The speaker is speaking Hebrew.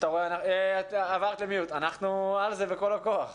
אנחנו "על זה" בכל הכוח.